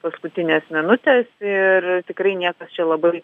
paskutinės minutės ir tikrai niekas čia labai